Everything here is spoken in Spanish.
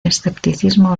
escepticismo